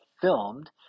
filmed